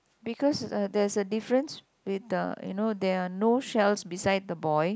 because uh there's a difference with the you know there are no shelves beside the boy